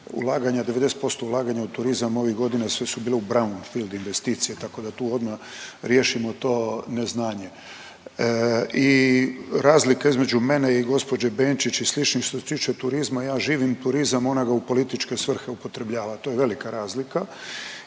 90% ulaganja u turizam ovih godina sve su bile u braundfield investicije, tako da tu odmah riješimo to neznanje. I razlika između mene i gospođe Benčić i sličnih što se tiče turizma ja živim turizam, ona ga u političke svrhe upotrebljava. To je velika razlika.